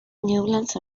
newlands